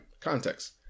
context